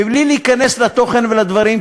מבלי להיכנס לתוכן ולדברים,